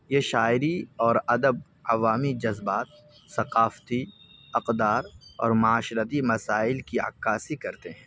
یہ شاعری اور ادب عوامی جذبات ثقافتی اقدار اور معاشرتی مسائل کی عکاسی کرتے ہیں